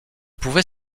pouvait